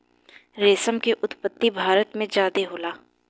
रेशम के उत्पत्ति भारत में ज्यादे होला